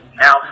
now